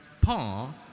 Paul